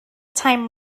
time